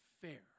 fair